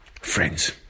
friends